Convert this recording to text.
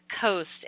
Coast